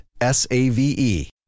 S-A-V-E